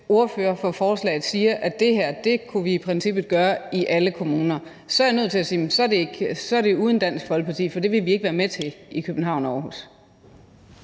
ordføreren for forslagsstillerne fra SF siger, at det her kunne vi i princippet gøre i alle kommuner, er nødt til at sige, at så er det uden Dansk Folkeparti, for det vil vi ikke være med til i København og Aarhus.